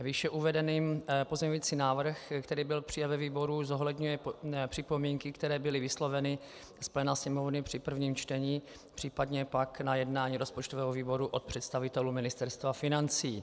Výše uvedený pozměňující návrh, který byl přijat ve výboru, zohledňuje připomínky, které byly vysloveny z pléna Sněmovny při prvním čtení, příp. pak na jednání rozpočtového výboru od představitelů Ministerstva financí.